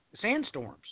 sandstorms